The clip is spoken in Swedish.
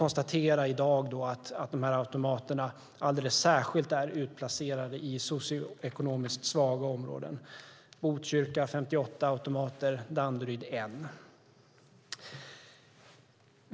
Dessa automater finns särskilt i socioekonomiskt svaga områden. I Botkyrka finns det 58 automater, i Danderyd 1.